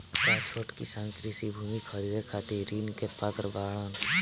का छोट किसान कृषि भूमि खरीदे खातिर ऋण के पात्र बाडन?